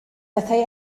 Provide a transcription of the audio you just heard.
bethau